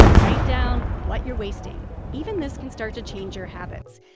write down what you're wasting. even this can start to change your habits.